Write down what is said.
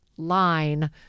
Line